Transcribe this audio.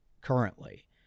currently